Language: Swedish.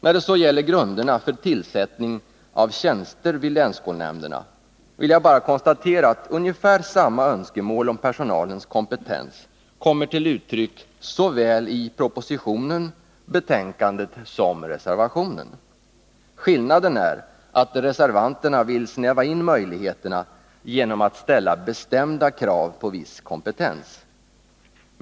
När det så gäller grunderna för tillsättning av tjänster vid länsskolnämnderna vill jag bara konstatera att ungefär samma önskemål om personalens kompetens kommer till uttryck såväl i propositionen och betänkandet som i reservationen. Skillnaden är att reservanterna vill snäva in möjligheterna genom att ställa bestämda krav på viss kompetens.